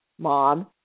mom